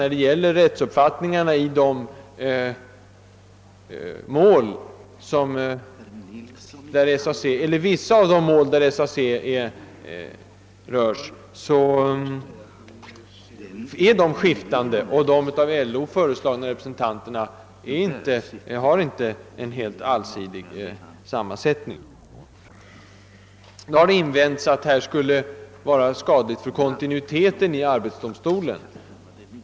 När det gäller rättsuppfattningarna i vissa av de mål där SAC beröres kan det inte bestridas att dessa uppfattningar är skiftande och att den del av arbetsdomstolen, som utgöres av ledamöter utsedda på förslag av LO, inte är allsidigt sammansatt. Nu har det invänts att det skulle kunna vara skadligt för kontinuiteten att byta ut ledamöterna i arbetsdomstolen på föreslaget sätt.